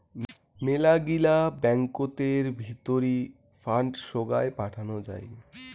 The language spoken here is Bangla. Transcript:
মেলাগিলা ব্যাঙ্কতের ভিতরি ফান্ড সোগায় পাঠানো যাই